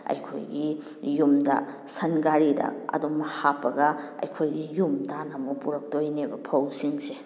ꯑꯩꯈꯣꯏꯒꯤ ꯌꯨꯝꯗ ꯁꯟꯒꯥꯔꯤꯗ ꯑꯗꯨꯝ ꯍꯥꯞꯄꯒ ꯑꯩꯈꯣꯏꯒꯤ ꯌꯨꯝ ꯇꯥꯟꯅ ꯑꯃꯨꯛ ꯄꯨꯔꯛꯇꯣꯏꯅꯦꯕ ꯐꯧꯁꯤꯡꯁꯦ